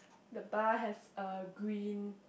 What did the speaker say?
the bar has a green